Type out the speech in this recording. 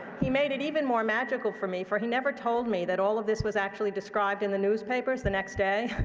he made it even more magical for me, for he never told me that all of this was actually described in the newspapers the next day.